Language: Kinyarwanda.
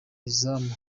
izamu